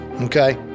okay